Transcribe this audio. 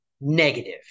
negative